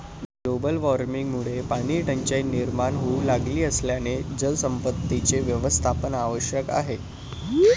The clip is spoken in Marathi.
ग्लोबल वॉर्मिंगमुळे पाणीटंचाई निर्माण होऊ लागली असल्याने जलसंपत्तीचे व्यवस्थापन आवश्यक आहे